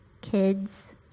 kids